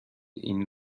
این